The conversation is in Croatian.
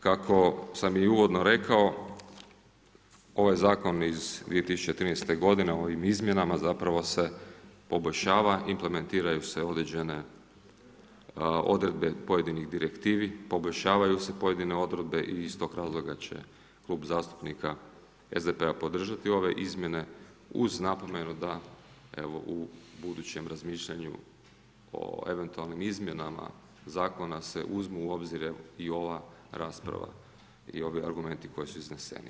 Kako sam i uvodno rekao, ovaj zakon iz 2013. godine, u ovim izmjenama zapravo se poboljšava, implementiraju se određene odredbe pojedinih direktivi, poboljšavaju se pojedine odredbe i iz tog razloga će Klub zastupnika SDP-a podržati ove izmjene uz napomenu da evo u budućem razmišljanju o eventualnim izmjenama zakona se uzmu u obzir i ova rasprava i ovi argumenti koji su izneseni.